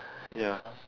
ya